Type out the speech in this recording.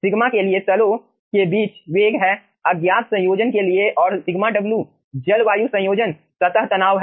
sigma के लिए तलों के बीच वेग है अज्ञात संयोजन के लिए और σw जल वायु संयोजन सतह तनाव है